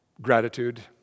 gratitude